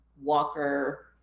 Walker